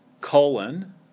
colon